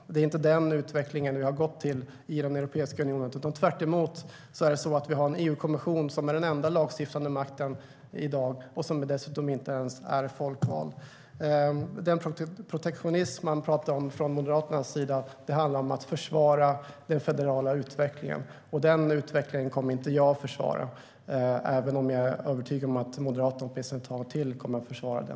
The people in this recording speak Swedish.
Men det är inte den utvecklingen vi gått mot i Europeiska unionen. Tvärtom är det så att vi har en EU-kommission som i dag är den enda lagstiftande makten och som dessutom inte ens är folkvald. När Moderaterna talar om protektionism handlar det om att försvara den federala utvecklingen. Den utvecklingen kommer jag inte att försvara för min del, även om jag är övertygad om att Moderaterna åtminstone ett tag till kommer att försvara den.